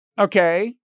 Okay